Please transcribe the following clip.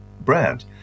brand